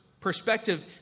perspective